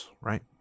right